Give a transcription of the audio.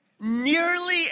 nearly